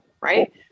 Right